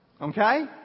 Okay